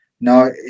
Now